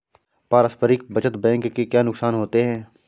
पारस्परिक बचत बैंक के क्या नुकसान होते हैं?